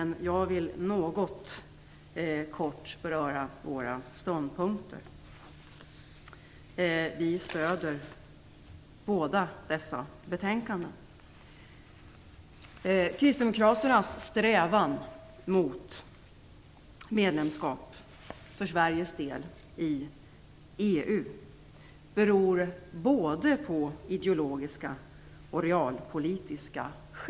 Jag vill något kort beröra våra ståndpunkter. Vi stöder båda dessa betänkanden. Sveriges del i EU beror både på ideologiska och realpolitiska skäl.